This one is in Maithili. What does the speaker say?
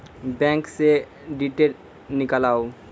बैंक से डीटेल नीकालव?